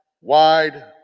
wide